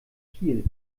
kiel